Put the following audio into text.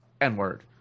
N-word